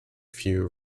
few